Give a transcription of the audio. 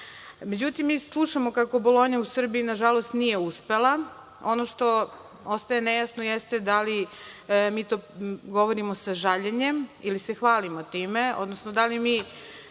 mi slušamo kako Bolonja u Srbiji, nažalost, nije uspela. Ono što ostaje nejasno jeste da li mi to govorimo sa žaljenjem ili se hvalimo time, odnosno da li mi